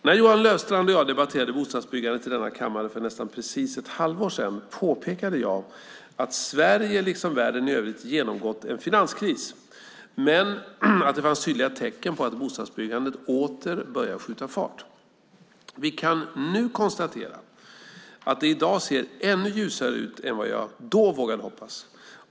När Johan Löfstrand och jag debatterade bostadsbyggandet i denna kammare för nästan precis ett halvår sedan påpekade jag att Sverige liksom världen i övrigt genomgått en finanskris men att det fanns tydliga tecken på att bostadsbyggandet åter började skjuta fart. Vi kan nu konstatera att det i dag ser ännu ljusare ut än vad jag då vågade hoppas.